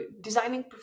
designing